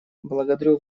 благодарю